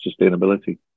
sustainability